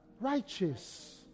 Righteous